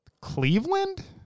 Cleveland